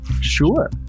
Sure